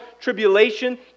tribulation